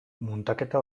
muntaketa